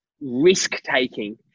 risk-taking